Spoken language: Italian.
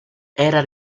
era